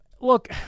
look